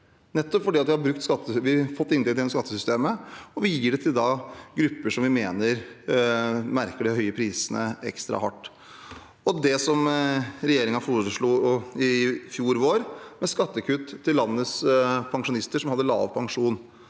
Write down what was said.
nettopp fordi vi har fått inntekter gjennom skattesystemet, og så gir vi det til grupper vi mener merker de høye prisene ekstra mye. Regjeringen foreslo i fjor vår skattekutt til landets pensjonister som hadde lav pensjon.